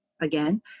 again